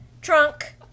trunk